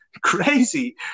crazy